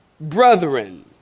Brethren